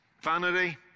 Vanity